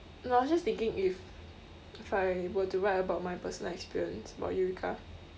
no I was just thinking if if I were to write about my personal experience about eureka